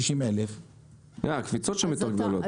60,000. הקפיצות שם יותר גדולות.